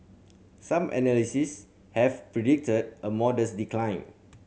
some analysts had predicted a modest decline